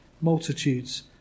multitudes